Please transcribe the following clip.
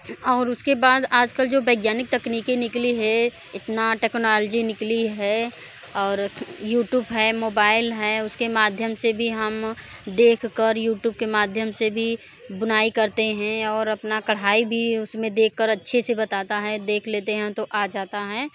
और और उसके बाद आजकल जो वैज्ञानिक तकनीकें निकली है इतना टेक्नोल्जी निकली है और यूट्यूब है मोबाइल है उसके माध्यम से भी हम देख कर यूट्यूब के माध्यम से भी बुनाई करते हैं और अपना कढ़ाई भी उसमें देख कर अच्छे से बताता है देख लेते हैं तो आ जाता है